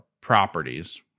properties